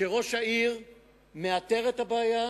שראש העיר מאתר את הבעיה,